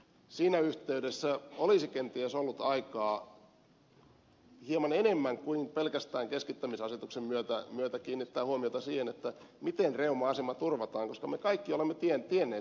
siinä yhteydessä olisi kenties ollut aikaa hieman enemmän kuin pelkästään keskittämisasetuksen myötä kiinnittää huomiota siihen miten reuman asema turvataan koska me kaikki olemme tienneet sen tilanteen